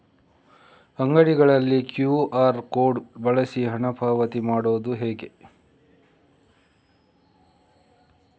ಅಂಗಡಿಗಳಲ್ಲಿ QR code ಬಳಸಿ ಹಣ ಪಾವತಿ ಮಾಡೋದು ಹೇಗೆ?